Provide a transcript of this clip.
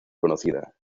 conocida